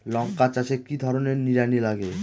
লঙ্কা চাষে কি ধরনের নিড়ানি লাগে?